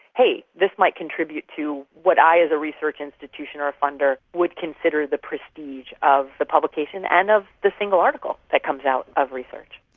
hey, this might contribute to what i as a research institution or a funder would consider the prestige of the publication and of the single article that comes out of research.